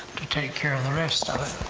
to take care of the rest of it.